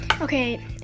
Okay